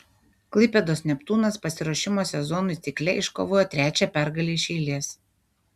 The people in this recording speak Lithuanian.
klaipėdos neptūnas pasiruošimo sezonui cikle iškovojo trečią pergalę iš eilės